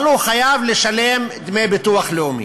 אבל הוא חייב לשלם דמי ביטוח לאומי.